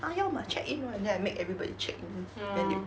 ah you all must check in [one] then I make everybody check in then they